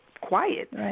quiet